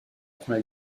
prend